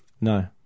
No